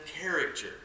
character